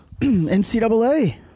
ncaa